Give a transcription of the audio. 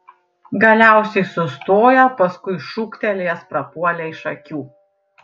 galiausiai sustojo paskui šūktelėjęs prapuolė iš akių